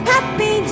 Happy